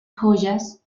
joyas